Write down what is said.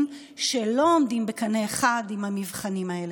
שלא עולים בקנה אחד עם המבחנים האלה.